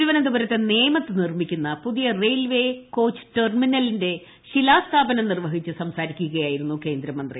തിരുവനന്തപുരത്തെ നേമത്ത് നിർമ്മിക്കുന്ന പുതിയ റെയിൽവേ ടെർമിനലിന്റെ ശിലാസ്ഥാപനം നിർവ്വഹിച്ച് കോച്ച് സംസാരിക്കുകയായിരുന്നു കേന്ദ്രമന്ത്രി